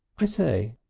i say,